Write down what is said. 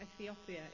Ethiopia